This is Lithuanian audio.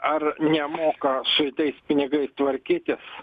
ar nemoka su tais pinigais tvarkytis